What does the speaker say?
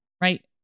right